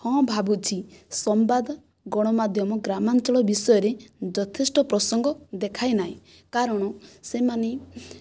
ହଁ ଭାବୁଛି ସମ୍ବାଦ ଗଣମାଧ୍ୟମ ଗ୍ରାମାଞ୍ଚଳ ବିଷୟରେ ଯଥେଷ୍ଟ ପ୍ରସଙ୍ଗ ଦେଖାଏନାହିଁ କାରଣ ସେମାନେ